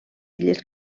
illes